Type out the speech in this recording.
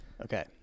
Okay